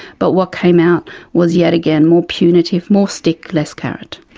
but what came out was yet again more punitive more stick, less carrot.